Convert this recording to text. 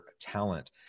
talent